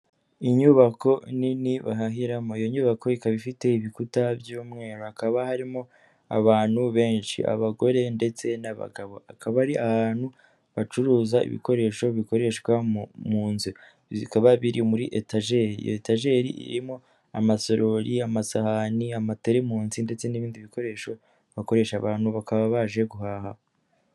Inyubako nini bahahiramo, iyo nyubako ikaba ifite ibikuta by'umweru, hakaba harimo abantu benshi, abagore ndetse n'abagabo, akaba ari ahantu bacuruza ibikoresho bikoreshwa munzu, bikaba biri muri etageri, iyo etajeri irimo amasorori, amasahani, amateremusi, ndetse n'ibindi bikoresho bakoresha. Abantu bakaba baje guhaha.